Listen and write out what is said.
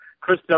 Chris